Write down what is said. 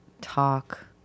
talk